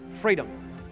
freedom